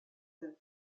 œuvres